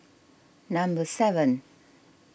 number seven